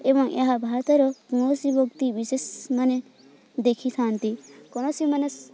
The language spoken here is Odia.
ଏବଂ ଏହା ଭାରତର କୌଣସି ବ୍ୟକ୍ତି ବିଶେଷ ମାନେ ଦେଖିଥାନ୍ତି କୌଣସି ମାନେ